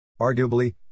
Arguably